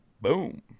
boom